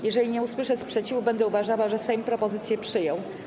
Jeżeli nie usłyszę sprzeciwu, będę uważała, że Sejm propozycję przyjął.